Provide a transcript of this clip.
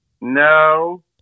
No